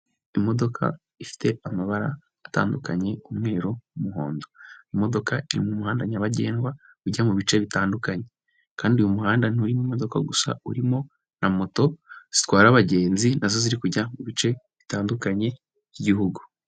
Imodoka ifite amabara atandukanye, umweru n'umuhondo. Imodoka iri mu muhanda nyabagendwa ujya mu bice bitandukanye. Kandi uyu muhanda nturimo imodoka gusa, urimo na moto zitwara abagenzi, nazo ziri kujya mu bice bitandukanye by'igihugu.